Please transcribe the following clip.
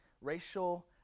racial